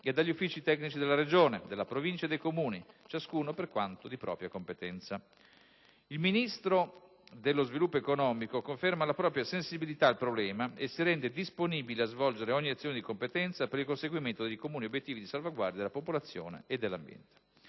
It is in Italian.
e dagli uffici tecnici delle Regione, della Provincia e dei Comuni coinvolti, ciascuno per quanto di competenza. Il Ministro dello sviluppo economico conferma la propria sensibilità al problema e si rende disponibile a svolgere ogni azione di competenza per il conseguimento dei comuni obiettivi di salvaguardia della popolazione e dell'ambiente.